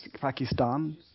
Pakistan